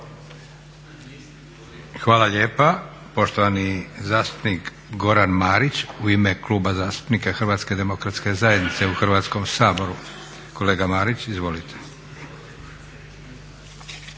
Hvala lijepa. Poštovani zastupnik Goran Marić u ime Kluba zastupnika HDZ-a u Hrvatskom saboru. Kolega Marić izvolite.